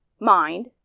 mind